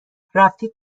رفتی